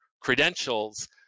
credentials